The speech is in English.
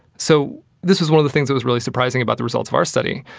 so this was one of the things that was really surprising about the results of our study,